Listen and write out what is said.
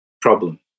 problem